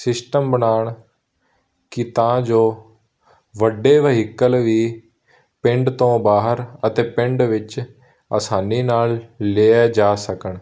system ਬਣਾਉਣ ਕਿ ਤਾਂ ਜੋ ਵੱਡੇ ਵਹੀਕਲ ਵੀ ਪਿੰਡ ਤੋਂ ਬਾਹਰ ਅਤੇ ਪਿੰਡ ਵਿੱਚ ਆਸਾਨੀ ਨਾਲ ਲਿਆ ਜਾ ਸਕਣ